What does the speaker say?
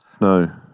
No